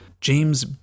James